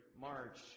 March